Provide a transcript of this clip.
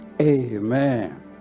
Amen